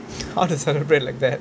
how to celebrate like that